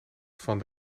van